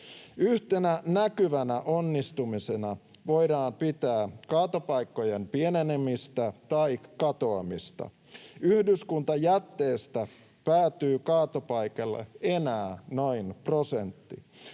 Yhtenä näkyvänä onnistumisena voidaan pitää kaatopaikkojen pienenemistä tai katoamista. Yhdyskuntajätteestä päätyy kaatopaikalle enää noin prosentti.